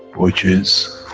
which is